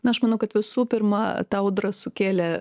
na aš manau kad visų pirma tą audrą sukėlė